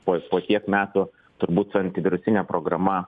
po po tiek metų turbūt su antivirusine programa